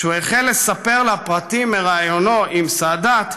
כשהוא החל לספר לה פרטים מראיונו עם סאדאת,